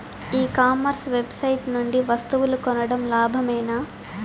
ఈ commerce website నుండి వస్తువులు కొనడం లాభమేనా?